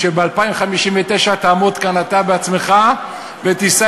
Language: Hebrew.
ושב-2059 תעמוד כאן אתה בעצמך ותישא